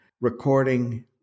recording